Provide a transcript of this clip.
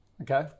Okay